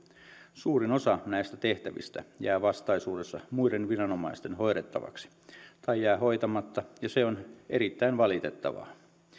suurin osa näistä tehtävistä jää vastaisuudessa muiden viranomaisten hoidettavaksi tai hoitamatta ja se on erittäin valitettavaa